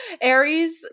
Aries